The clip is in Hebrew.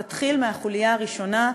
תתחיל מהחוליה הראשונה,